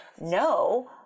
no